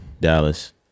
Dallas